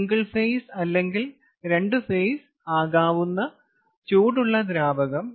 single phase അല്ലെങ്കിൽ 2 phase ആകാവുന്ന ചൂടുള്ള ദ്രാവകം